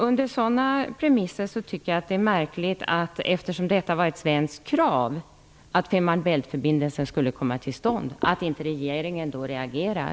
Under sådana premisser tycker jag att det är märkligt, eftersom det var ett svenskt krav att Fehmarn Bält-förbindelsen skulle komma till stånd, att regeringen inte reagerar.